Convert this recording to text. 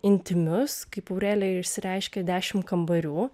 intymius kaip aurelija išsireiškė dešimt kambarių